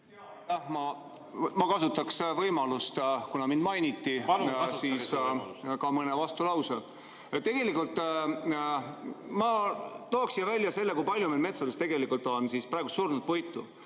Ma kasutaks võimalust, kuna mind mainiti, öelda ka mõne vastulause. Tegelikult ma tooksin välja selle, kui palju meie metsades on tegelikult surnud puitu.